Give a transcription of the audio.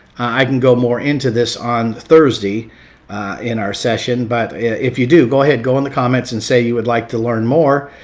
i can go more into this on thursday in our session. but if you do, go ahead, go in the comments and say you would like to learn more.